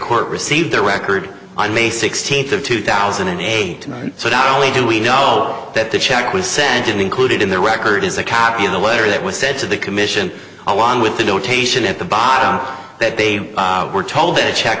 court received their record on may sixteenth of two thousand and eight so not only do we know that the check was sent in included in their record is a copy of the letter that was said to the commission i won with the notation at the bottom that they were told a check